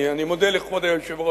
אני מודה לכבוד היושב-ראש.